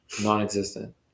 non-existent